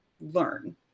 learn